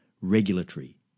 regulatory